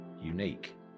unique